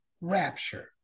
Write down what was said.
rapture